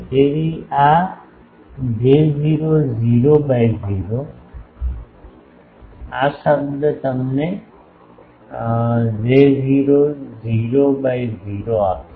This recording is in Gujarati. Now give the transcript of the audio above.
તેથી આ J0 0 બાય 0 આ શબ્દ તમને J0 0 બાય 0 આપશે